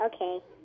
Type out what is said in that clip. okay